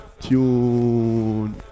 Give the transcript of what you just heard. tune